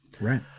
Right